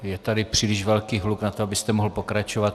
Je tady příliš velký hluk na to, abyste mohl pokračovat.